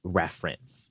reference